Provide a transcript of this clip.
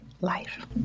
life